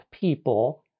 people